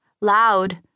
Loud